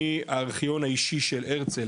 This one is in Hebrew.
מהארכיון האישי של הרצל,